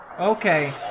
Okay